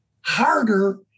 harder